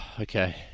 Okay